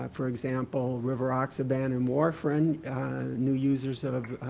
ah for example rivaroxaban and warfarin new users of